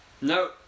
No